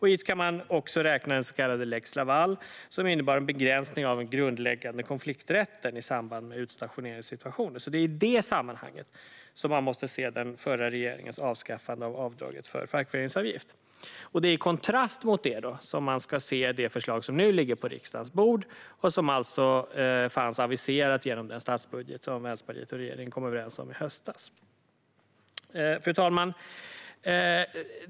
Hit ska man också räkna den så kallade lex Laval som innebar en begränsning av den grundläggande konflikträtten i samband med utstationeringssituationer. Det är i det sammanhanget man måste se den förra regeringens avskaffande av avdraget för fackföreningsavgift. Och det är i kontrast mot det som man ska se det förslag som nu ligger på riksdagens bord och som alltså fanns aviserat genom den statsbudget som Vänsterpartiet och regeringen kom överens om i höstas. Fru talman!